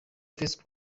facebook